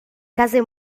case